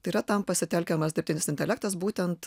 tai yra tam pasitelkiamas dirbtinis intelektas būtent